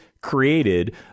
created